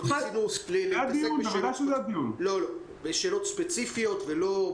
רצינו להתעסק בשאלות ספציפיות.